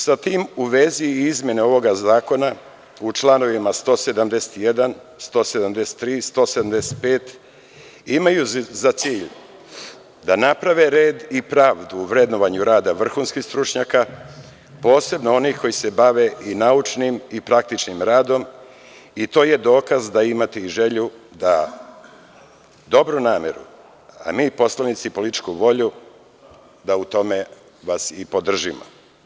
Sa tim u vezi, i izmene ovog zakona u članovima 171, 173. i 175. imaju za cilj da naprave red i pravdu u vrednovanju rada vrhunskih stručnjaka, posebno onih koji se bave i naučnim i praktičnim radom i to je dokaz da imate i želju da dobru nameru, a mi poslanici političku volju, da u tome vas i podržimo.